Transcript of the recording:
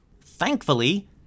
Thankfully